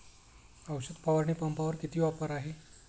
औषध फवारणी पंपावर किती ऑफर आहे?